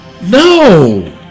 no